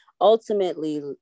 ultimately